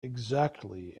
exactly